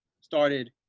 started